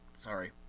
Sorry